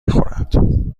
خورد